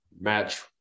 match